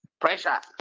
pressure